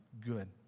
good